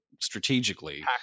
strategically